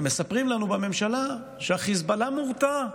ומספרים לנו בממשלה שחיזבאללה מורתע,